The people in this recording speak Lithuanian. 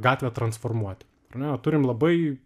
gatvę transformuoti ar ne turim labai